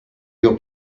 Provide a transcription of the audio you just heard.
your